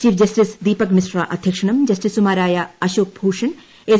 chief justice Deepak Mishra അധ്യക്ഷനും ജസ്റ്റിസുമാരായ Ashok Bhushan S